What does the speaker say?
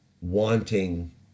wanting